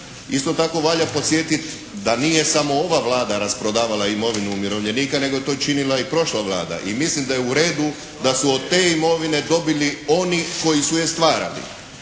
Isto tako valja podsjetiti da nije samo ova Vlada rasprodavala imovinu umirovljenika nego je to činila i prošla Vlada. I mislim da je u redu da su od te imovine dobili oni koji su je stvarali.